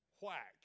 Whack